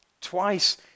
twice